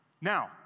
Now